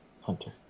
Hunter